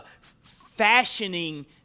fashioning